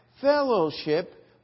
fellowship